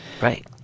Right